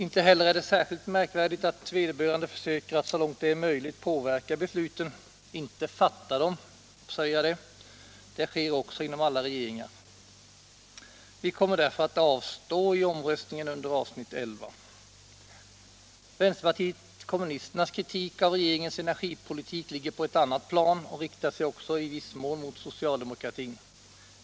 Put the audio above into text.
Inte heller är det särskilt märkvärdigt att vederbörande försöker att så långt det är möjligt påverka besluten, inte fatta dem. Det sker också inom alla regeringar. Vi kommer därför att avstå i omröstningen under avsnittet il: Vänsterpartiet kommunisternas kritik av regeringens energipolitik ligger på ett annat plan och riktar sig också i viss mån mot socialdemokratin.